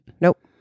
Nope